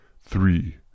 three